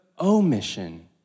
omission